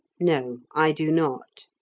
no. i do not.